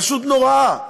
פשוט נוראה.